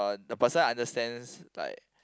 the person understands like